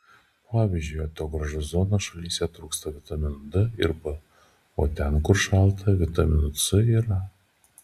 pavyzdžiui atogrąžų zonos šalyse trūksta vitaminų d ir b o ten kur šalta vitaminų c ir a